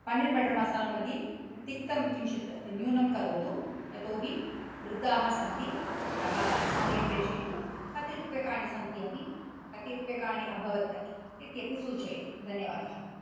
paneer butter मसालामध्ये तिक्तं किञ्चित् न्यूनं करोतु यतोऽहि वृद्धाः सन्ति अतः समये प्रेशयन्तु कति रूप्यकाणि सन्ति अपि कति रूप्यकाणि अभवत् इत्यपि सूचयतु धन्यवाद